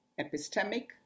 epistemic